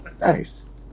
nice